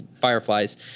fireflies